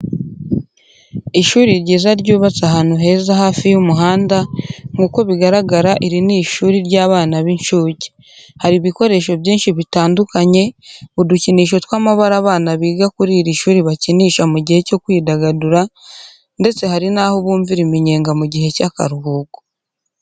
Ishuri ryiza ryubatse ahantu heza hafi y'umuhanda, nk'uko bigaragara iri shuri ni ishuri ry'abana b'incuke. Hari ibikoresho byinshi bitandukanye, udukinisho tw'amabara abana biga kuri iri shuri bakinisha mu gihe cyo kwidagadura, ndetse hari n'aho bumvira iminyenga mu gihe cy'akaruhuko.